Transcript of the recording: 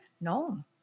No